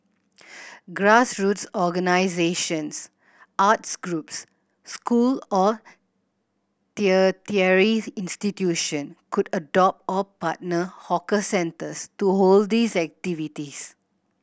grassroots organisations arts groups school or institution could adopt or partner hawker centres to hold these activities